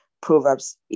Proverbs